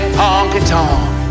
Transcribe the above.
honky-tonk